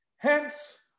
Hence